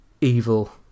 Evil